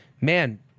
man